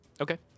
Okay